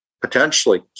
potentially